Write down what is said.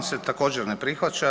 se također ne prihvaća.